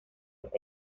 los